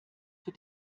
für